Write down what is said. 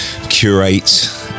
curate